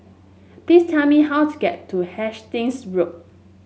please tell me how to get to Hastings Road